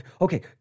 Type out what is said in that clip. Okay